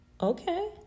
okay